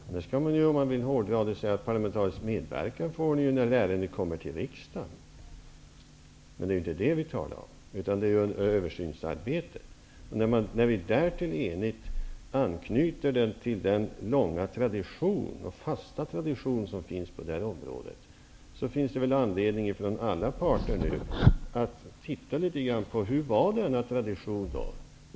Annars blir det -- om vi hårdrar det -- så att man får parlamentarisk medverkan först när ärendet kommer till riksdagen. Det är inte det vi talar om utan om översynsarbetet. När vi därtill enigt anknyter den till den fasta och långa tradition som vi har på det här området, finns det väl anledning för alla parter att titta litet hur denna tradition var.